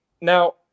Now